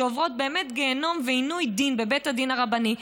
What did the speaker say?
שעוברות באמת גיהינום ועינוי דין בבית הדין הרבני,